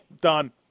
Done